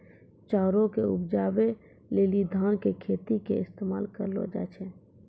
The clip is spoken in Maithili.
चाउरो के उपजाबै लेली धान के खेतो के इस्तेमाल करलो जाय छै